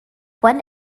one